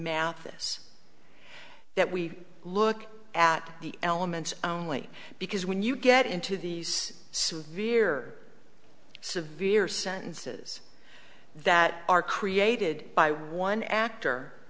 this that we look at the elements only because when you get into these severe severe sentences that are created by one actor